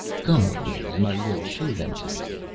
come with me and i will show them to thee.